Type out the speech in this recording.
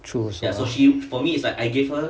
true also